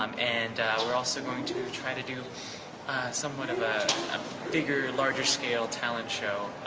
um and we're also going to try to do someone of a bigger, larger, scale talent show